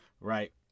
right